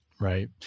Right